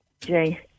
Jay